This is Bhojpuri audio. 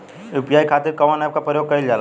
यू.पी.आई खातीर कवन ऐपके प्रयोग कइलजाला?